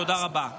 תודה רבה.